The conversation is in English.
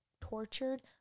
tortured